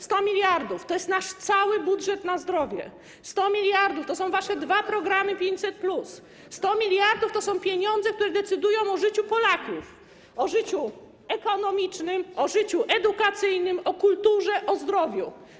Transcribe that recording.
100 mld to jest nasz cały budżet na zdrowie, 100 mld to są wasze dwa programy 500+, 100 mld to są pieniądze, które decydują o życiu Polaków, o życiu ekonomicznym, o życiu edukacyjnym, o kulturze, o zdrowiu.